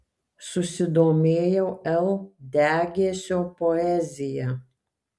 susidomėjau l degėsio poezija